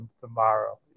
tomorrow